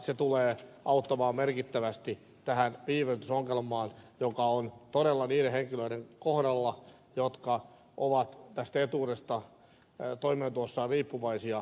se tulee auttamaan merkittävästi tähän viivästysongelmaan joka on todella niiden henkilöiden kohdalla jotka ovat tästä etuudesta toimeentulossaan riippuvaisia